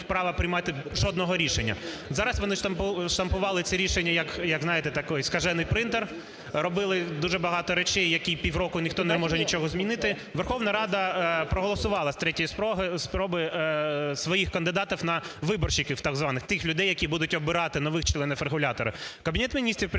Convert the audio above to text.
Верховна Рада проголосувала з третьої спроби своїх кандидатів на виборщиків так званих – тих людей, які будуть обирати нових членів регулятора. Кабінет Міністрів призначив